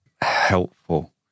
helpful